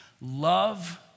love